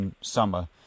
summer